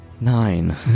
Nine